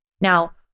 Now